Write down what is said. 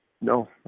no